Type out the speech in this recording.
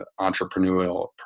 entrepreneurial